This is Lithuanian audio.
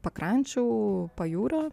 pakrančių pajūrio